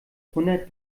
hundert